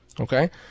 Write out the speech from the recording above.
Okay